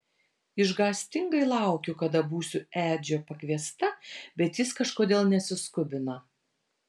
išgąstingai laukiu kada būsiu edžio pakviesta bet jis kažkodėl nesiskubina